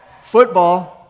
Football